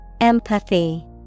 Empathy